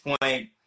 point